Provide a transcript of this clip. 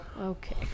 Okay